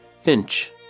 Finch